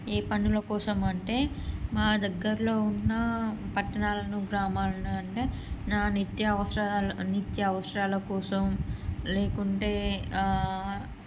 ఏ పనుల కోసము అంటే మా దగ్గరలో ఉన్న పట్టణాలను గ్రామాలను అంటే నా నిత్య అవసరాలు నిత్య అవసరాల కోసం లేకుంటే